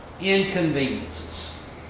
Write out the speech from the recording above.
inconveniences